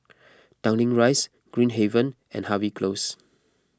Tanglin Rise Green Haven and Harvey Close